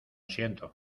siento